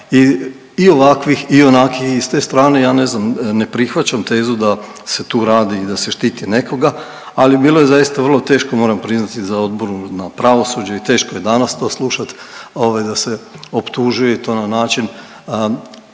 i ovakvih i onakvih i s te strane ja ne znam, ne prihvaćam tezu da se tu radi i da se tu štiti nekoga. Ali bilo je zaista vrlo teško moram priznati na Odboru za pravosuđe i teško je danas to slušat ovaj da se optužuje i to na način